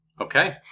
Okay